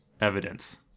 Evidence